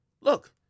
look